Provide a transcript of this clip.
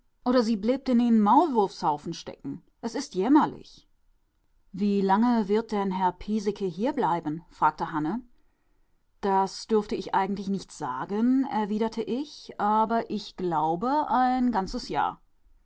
oder sie bleibt in eem maulwurfhaufen stecken es ist jämmerlich wie lange wird denn herr piesecke hierbleiben fragte hanne das dürfte ich eigentlich nicht sagen erwiderte ich aber ich glaube ein ganzes jahr